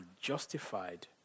justified